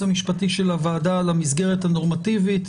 המשפטי של הוועדה על המסגרת הנורמטיבית.